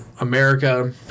America